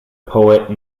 poet